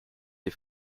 les